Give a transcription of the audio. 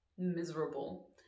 miserable